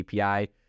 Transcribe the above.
API